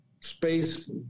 space